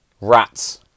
rats